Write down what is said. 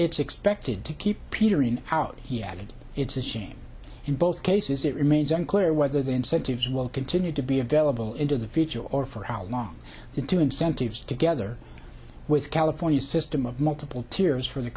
it's expected to keep petering out he added it's a shame in both cases it remains unclear whether the incentives will continue to be available into the future or for how long to do incentives together with california's system of multiple tears for the